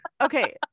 Okay